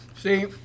See